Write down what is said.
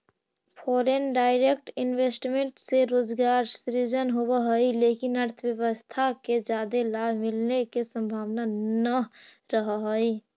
foreign direct investment से रोजगार सृजन होवऽ हई लेकिन अर्थव्यवस्था के जादे लाभ मिलने के संभावना नह रहऽ हई